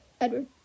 edward